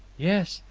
yes,